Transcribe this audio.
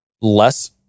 less